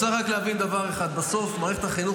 צריך להבין רק דבר אחד: בסוף מערכת החינוך